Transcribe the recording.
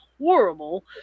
horrible